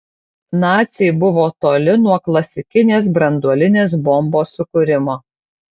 naciai buvo toli nuo klasikinės branduolinės bombos sukūrimo